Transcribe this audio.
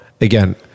again